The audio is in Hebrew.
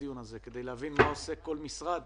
לדיון הזה כדי להבין מה עושה כל משרד